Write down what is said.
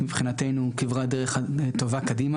אי אפשר לנהל בית חולים ב-אופט אאוט.